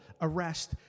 arrest